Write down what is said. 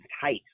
tight